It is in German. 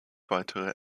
weitere